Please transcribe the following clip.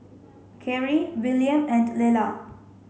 Karie William and Lelah